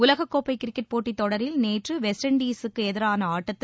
உலகக்கோப்பை கிரிக்கெட் போட்டித் தொடரில் நேற்று வெஸ்ட் இண்டிசுக்கு எதிரான ஆட்டத்தில்